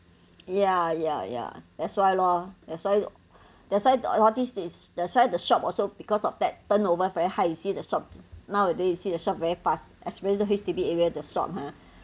ya ya ya that's why lor that's why that's why all these is that's why the shop also because of that turnover very high you see the shop this nowadays you see the shop very fast especially H_D_B area the shop hor